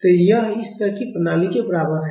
तो यह इस तरह की प्रणाली के बराबर है